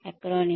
acronym